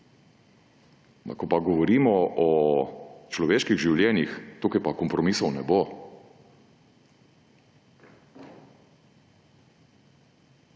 Ko pa govorimo o človeških življenjih, tukaj pa kompromisov ne bo.